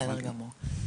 בסדר גמור.